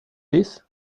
this